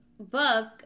book